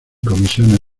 comisiones